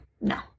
no